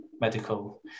medical